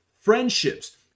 friendships